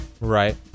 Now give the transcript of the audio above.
right